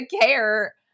care